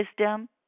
wisdom